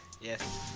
Yes